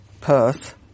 perth